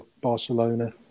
Barcelona